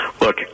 Look